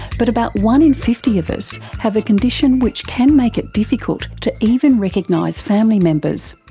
but about one in fifty of us have a condition which can make it difficult to even recognise family members.